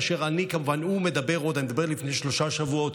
אני מדבר לפני שלושה שבועות,